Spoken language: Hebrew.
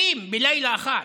20 בלילה אחד.